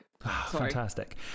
Fantastic